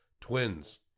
Twins